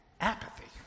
Apathy